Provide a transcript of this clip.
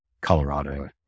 Colorado